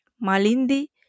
Malindi